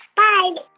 bye